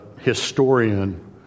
historian